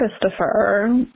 Christopher